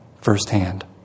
firsthand